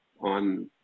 on